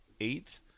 eighth